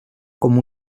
com